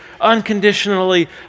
unconditionally